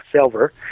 silver